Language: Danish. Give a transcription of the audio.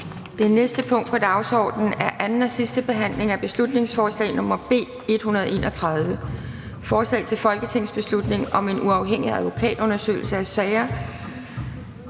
Det næste punkt på dagsordenen er: 32) 2. (sidste) behandling af beslutningsforslag nr. B 259: Forslag til folketingsbeslutning om permanent forhøjelse af